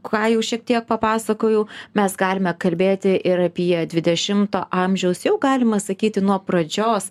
ką jau šiek tiek papasakojau mes galime kalbėti ir apie dvidešimto amžiaus jau galima sakyti nuo pradžios